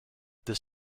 this